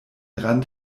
rand